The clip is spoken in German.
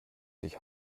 sich